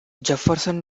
jefferson